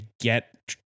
get